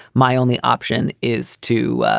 my only option is to,